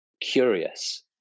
curious